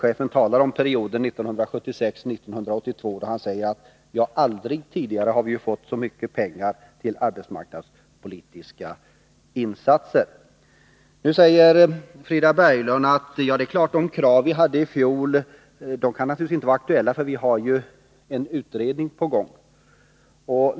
Denne talade om perioden 1976-1982 och beskrev den så här: ”Men vi har aldrig fått så mycket pengar som under åren 1976-1982.” Frida Berglund säger att de krav som socialdemokraterna hade i fjol inte kan vara aktuella nu, eftersom det pågår en utredning.